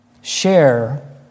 share